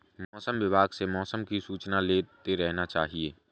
मौसम विभाग से मौसम की सूचना लेते रहना चाहिये?